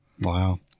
Wow